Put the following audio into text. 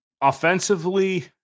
offensively